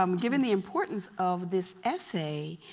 um given the importance of this essay,